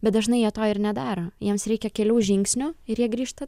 bet dažnai jie to ir nedaro jiems reikia kelių žingsnių ir jie grįžta